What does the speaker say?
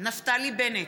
נפתלי בנט,